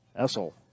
Essel